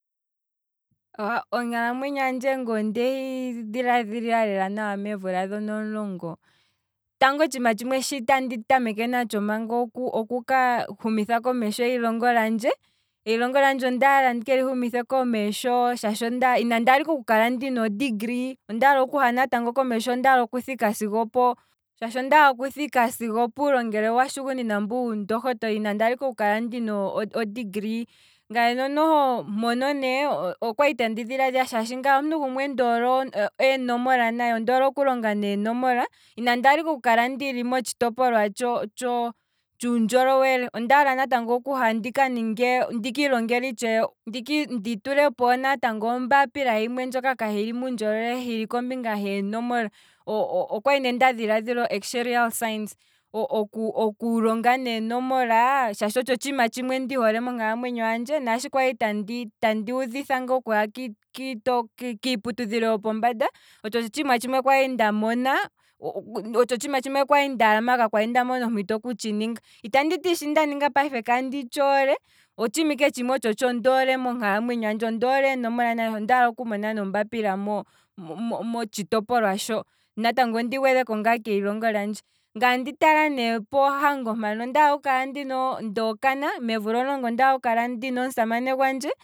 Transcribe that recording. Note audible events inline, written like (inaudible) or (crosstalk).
Onkalamwenyo handje ngoo ndehi dhilaadhilila lela nawa meemvula dhono omulongo, tango otshiima shono tandi tameke natsho okuka shumitha komesho eyilongo lyandje, eyilongo lyandje ondaala ndike lishumithe komesho shaashi inandi hala ike oku kala ndina o degree, ondaala okuha komesho shaashi ondaala okuthike po, ondaalaokuthika sigo opuulongelwe mbu wa shugunina mbu wuundokotola, inandi hala ike oku kala ike oku kalandina o degree, ngaye no noho mpono ne, okwali tandi dhilaadhila shaashi ngaye omuntu gumwe ndoole eenomola nayi, ondoole oku longa nee nomola, inandi hala ike oku kala ndili motshitopolwa tsho tsho tshuu ndjolowele, ondaala natngo okuha ndika ndiki longele itshewe, ndi tulepo natango ombaapila ndjoka ka kahili muundjolowele hili kombinga he nomola, (hesitation) okwali ne nda dhilaadhila o excerious science, okulonga nee nomola shaashi otsho otshiima tshimwe ndi hole monkalamwenyo handje, naashi kwali tandi udhitha ngaa okuha ki- ki- kito kiiputu dhilo yopombanda otsho otshiima tshimwe kwali nda mona, otsho tshiima tshimwe kwali ndaala maala ka kwali nda mona ompito okutshi ninga, itandi shi ndaninga payife kandi tshoole, otshiima ike ndoole monkalamwenyo handje, ondoole eenomolanayi, ondaala ne okumona ombaapila mo- mo tshitopolwa sho, natango ndi gwedheko ngaa keyilongo lyandje, ngaye andi tala ne pohango mpano, ondaala oku kala ndookana, meemvula omulongo mono ondala oku kala ndina omusamane gwandje